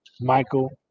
Michael